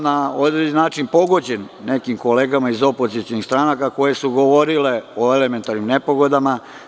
Na određen način sam pogođenim nekim kolegama iz opozicionih stranaka koje su govorile o elementarnim nepogodama.